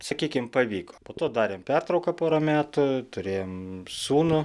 sakykim pavyko po to darėm pertrauką porą metų turėjom sūnų